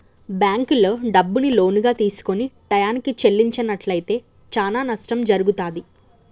బ్యేంకుల్లో డబ్బుని లోనుగా తీసుకొని టైయ్యానికి చెల్లించనట్లయితే చానా నష్టం జరుగుతాది